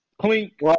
Clink